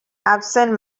absent